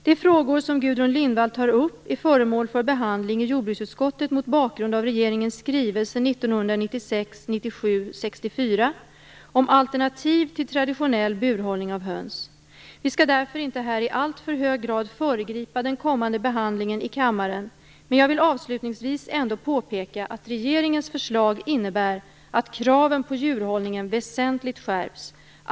De frågor som Gudrun Lindvall tar upp är föremål för behandling i jordbruksutskottet mot bakgrund av regeringens skrivelse 1996/97:64 om alternativ till traditionell burhållning av höns. Vi skall därför inte här i alltför hög grad föregripa den kommande behandlingen i kammaren, men jag vill avslutningsvis ändå påpeka att regeringens förslag innebär att kraven på djurhållningen väsentligt skärps.